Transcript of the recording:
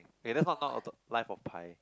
okay that's not not life-of-Pi